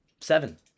seven